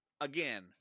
again